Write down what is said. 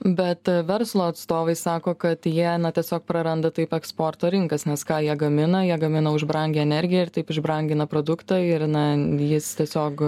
bet verslo atstovai sako kad jie tiesiog praranda taip eksporto rinkas nes ką jie gamina jie gamina už brangią energiją ir taip išbrangina produktą ir na jis tiesiog